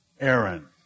Aaron